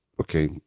okay